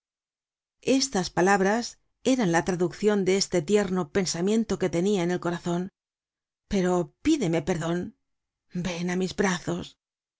estas palabras eran la traduccion de este tierno pensamiento que tenia en el corazon pero pídeme perdon ven á mis brazos